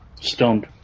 Stoned